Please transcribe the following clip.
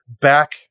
back